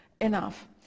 enough